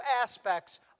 aspects